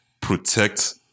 protect